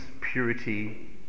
purity